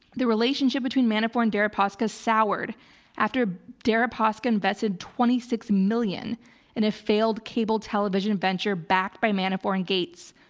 the relationship between manafort and deripaska soured after deripaska invested twenty six million in a failed cable television venture backed by manafort and gates.